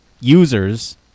users